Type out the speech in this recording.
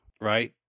right